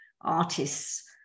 artists